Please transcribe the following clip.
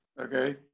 okay